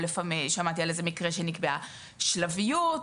שמעתי על איזה מקרה שנקבעה שלביות.